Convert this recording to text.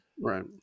Right